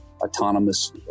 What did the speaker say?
autonomous